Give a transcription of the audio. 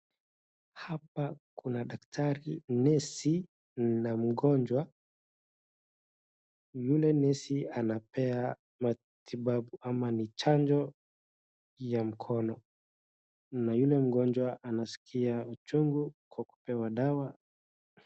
Hapa kuna daktari nesi na mgonjwa. Yule nesi anapea matibabu ama ni chanjo ya mkono na yule mgonjwa anaskia uchungu kwa kupewa dawa.